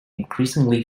increasingly